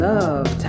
Love